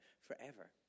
forever